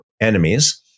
enemies